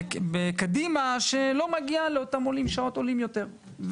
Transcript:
שבקדימה שלא מגיע לאותם עולים שעות עולים יותר,